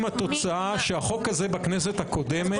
התוצאה שהחוק הזה בכנסת הקודמת עבר לקריאה ראשונה.